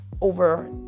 over